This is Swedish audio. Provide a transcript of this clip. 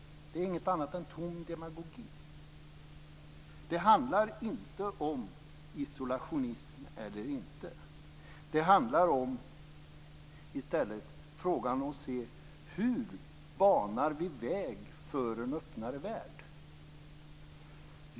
Detta är ingenting annat än tom demagogi. Det handlar inte om isolationism eller inte, utan det handlar om hur vi banar väg för en öppnare värld.